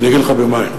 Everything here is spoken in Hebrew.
ואני אגיד לך מהם.